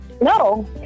no